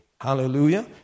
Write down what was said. Hallelujah